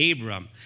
abram